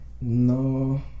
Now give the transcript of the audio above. No